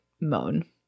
moan